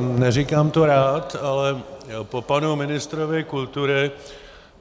Neříkám to rád, ale po panu ministrovi kultury